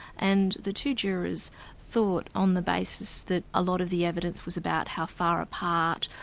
and the two jurors thought on the basis that a lot of the evidence was about how far apart,